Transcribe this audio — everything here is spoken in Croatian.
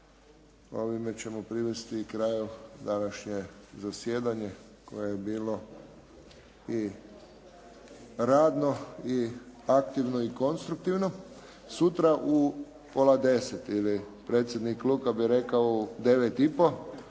ovime ćemo privesti kraju današnje zasjedanje koje je bilo i radno i aktivno i konstruktivno. Sutra u pola 10 ili predsjednik Luka bi rekao u 9 i po.